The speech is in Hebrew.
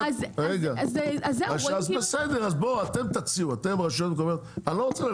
לא צריך שני הליכים בעניין